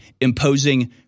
imposing